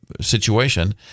situation